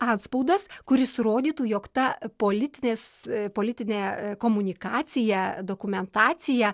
atspaudas kuris rodytų jog ta politinės politinė komunikacija dokumentacija